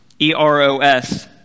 E-R-O-S